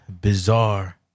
bizarre